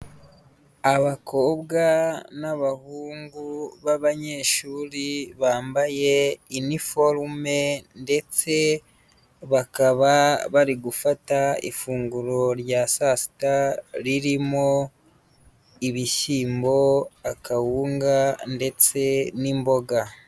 Abakobwa n'abahungu b'abanyeshuri bambaye iniforume, ndetse bakaba bari gufata ifunguro rya saa sita ririmo: ibishyiyimbo, akawunga ndetse n'imboga.